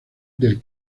del